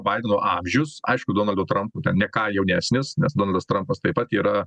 baideno amžius aišku donaldo trampo ne ką jaunesnis nes donaldas trampas taip pat yra